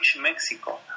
Mexico